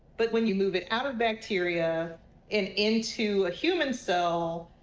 but when you move it out of bacteria and into a human cell,